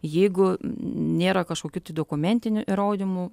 jeigu nėra kažkokių dokumentinių įrodymų